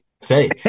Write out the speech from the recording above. say